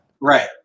Right